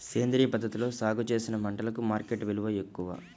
సేంద్రియ పద్ధతిలో సాగు చేసిన పంటలకు మార్కెట్ విలువ ఎక్కువ